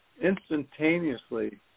instantaneously